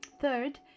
Third